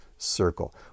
Circle